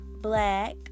black